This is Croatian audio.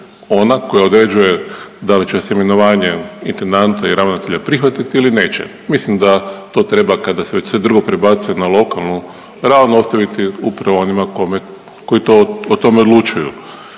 ona koja određuje da li će se imenovanje intendanta i ravnatelja prihvatiti ili neće. Mislim da to treba kada se već sve drugo prebacuje na lokalnu …/Govornik se ne razumije./ ostaviti upravo onima koji o tome odlučuju.